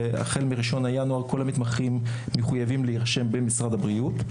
והחל מה-1 בינואר כל המתמחים מחויבים להירשם במשרד הבריאות.